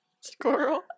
Squirrel